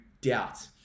doubt